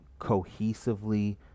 cohesively